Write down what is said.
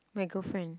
my girlfriend